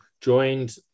joined